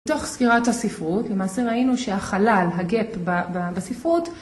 בתוך סגירת הספרות למעשה ראינו שהחלל, הגפ, בספרות